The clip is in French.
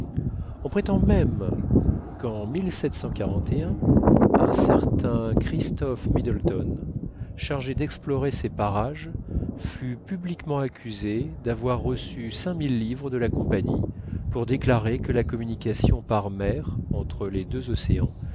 on prétend même qu'en un certain christophe middleton chargé d'explorer ces parages fut publiquement accusé d'avoir reçu cinq mille livres de la compagnie pour déclarer que la communication par mer entre les deux océans